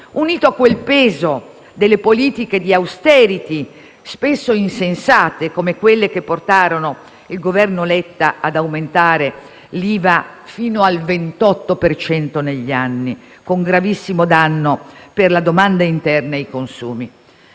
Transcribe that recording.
unito al peso delle politiche di *austerity*, spesso insensate, come quelle che portarono il Governo Letta ad aumentare l'IVA fino al 28 per cento negli anni con gravissimo danno per la domanda interna e i consumi.